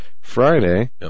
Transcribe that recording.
Friday